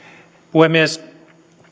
puhemies